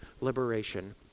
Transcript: liberation